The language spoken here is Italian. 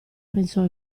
pensò